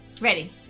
Ready